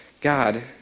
God